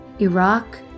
Iraq